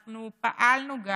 אנחנו גם פעלנו,